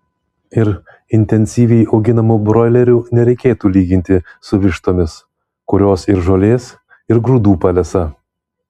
ir intensyviai auginamų broilerių nereikėtų lyginti su vištomis kurios ir žolės ir grūdų palesa